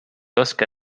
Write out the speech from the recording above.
oska